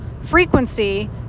frequency